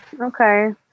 okay